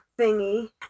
thingy